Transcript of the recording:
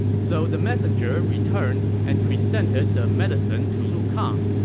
so the messenger returned and presented the medicine to lu kang.